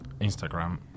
instagram